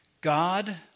God